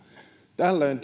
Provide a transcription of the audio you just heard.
tällöin